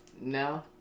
no